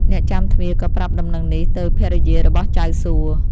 អ្នកចាំទ្វារក៏ប្រាប់ដំណឹងនេះទៅភរិយារបស់ចៅសួ។